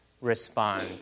respond